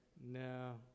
no